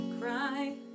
Cry